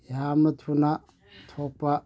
ꯌꯥꯝꯅ ꯊꯨꯅ ꯊꯣꯛꯄ